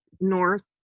North